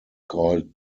called